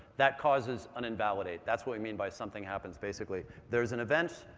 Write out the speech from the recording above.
that causes an invalidate, that's what we mean by something happens basically. there's an event,